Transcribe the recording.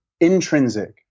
intrinsic